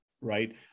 right